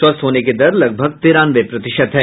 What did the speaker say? स्वस्थ होने की दर लगभग तिरानवे प्रतिशत है